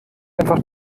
einfach